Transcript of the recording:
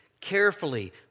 carefully